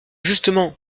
justement